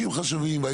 60 חשבים.